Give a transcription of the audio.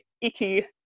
icky